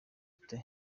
ute